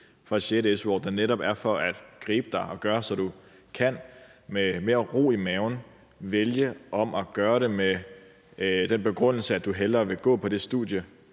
sjette su-år, der netop er der for at gribe dig og gøre det muligt for dig med mere ro i maven at vælge om med den begrundelse, at du hellere vil gå på det studie,